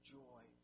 joy